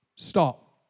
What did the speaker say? Stop